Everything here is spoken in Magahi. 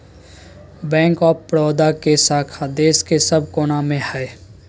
बैंक ऑफ बड़ौदा के शाखा देश के सब कोना मे हय